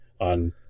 on